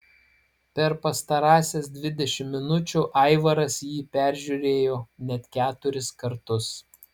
per pastarąsias dvidešimt minučių aivaras jį peržiūrėjo net keturis kartus